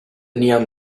neon